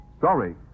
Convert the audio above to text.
Sorry